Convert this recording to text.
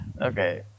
Okay